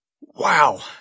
Wow